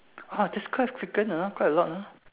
!huh! that is quite frequent ah quite a lot ah